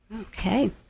Okay